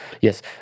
Yes